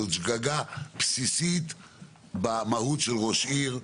זאת שגגה בסיסית במהות של ראש עיר,